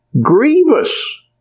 grievous